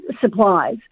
supplies